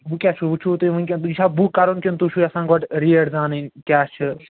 وۅنۍ کیٛاہ چھُو وۅنۍ چھُو تۄہہِ وُنکٮ۪ن یہِ چھَا بُک کَرُن کِنہٕ تُہۍ چھُو یَژھان گۄڈٕ ریٹ زانٕنۍ کیٛاہ چھِ